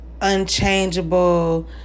unchangeable